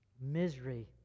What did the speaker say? misery